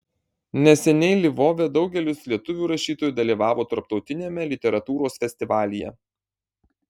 neseniai lvove daugelis lietuvių rašytojų dalyvavo tarptautiniame literatūros festivalyje